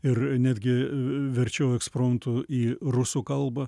ir netgi verčiau ekspromtu į rusų kalbą